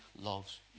loves